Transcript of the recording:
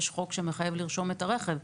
יש חוק שמחייב לרשום את הרכב.